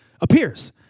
appears